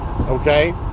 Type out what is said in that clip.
okay